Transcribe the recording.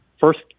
first